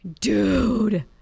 dude